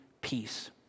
peace